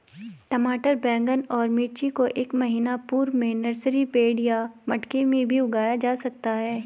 टमाटर बैगन और मिर्ची को एक महीना पूर्व में नर्सरी बेड या मटके भी में उगाया जा सकता है